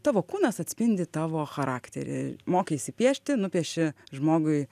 tavo kūnas atspindi tavo charakterį mokaisi piešti nupieši žmogui